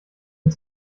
and